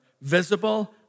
visible